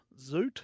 Zoot